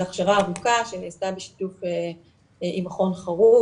זו הכשרה ארוכה שנעשתה בשיתוף עם מכון חרוב